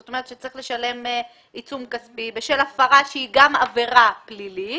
זאת אומרת שצריך לשלם עיצום כספי בשל הפרה שהיא גם עבירה פלילית